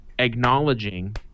Acknowledging